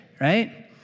right